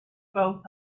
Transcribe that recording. both